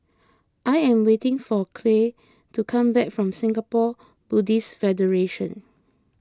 I am waiting for Clay to come back from Singapore Buddhist Federation